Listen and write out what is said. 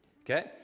okay